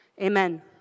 Amen